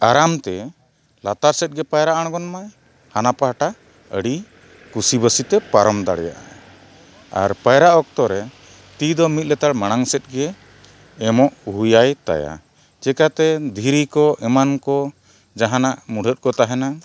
ᱟᱨᱟᱢ ᱛᱮ ᱞᱟᱛᱟᱨ ᱥᱮᱫᱜᱮ ᱯᱟᱭᱨᱟ ᱟᱬᱜᱚᱱ ᱢᱟᱭ ᱦᱟᱱᱟ ᱯᱟᱦᱴᱟ ᱟᱹᱰᱤ ᱠᱩᱥᱤ ᱵᱟᱥᱤᱛᱮ ᱯᱟᱨᱚᱢ ᱫᱟᱲᱮᱭᱟᱜ ᱟᱭ ᱟᱨ ᱯᱟᱭᱨᱟ ᱚᱠᱛᱚ ᱨᱮ ᱛᱤ ᱫᱚ ᱢᱤᱫ ᱞᱮᱛᱟᱲ ᱢᱟᱲᱟᱝ ᱥᱮᱫᱜᱮ ᱮᱢᱚᱜ ᱦᱩᱭᱟᱭ ᱛᱟᱭᱟ ᱪᱤᱠᱟᱹᱛᱮ ᱫᱷᱤᱨᱤ ᱠᱚ ᱮᱢᱟᱱ ᱠᱚ ᱡᱟᱦᱟᱸᱱᱟᱜ ᱢᱩᱰᱷᱟᱹᱫ ᱠᱚ ᱛᱟᱦᱮᱱᱟ